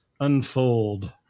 unfold